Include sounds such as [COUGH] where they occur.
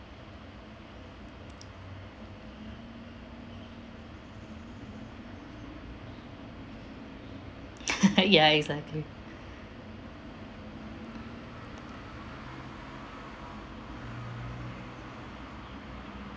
[LAUGHS] ya exactly